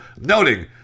noting